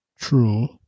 True